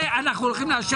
לא זה הקדמה לדיון.